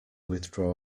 withdraw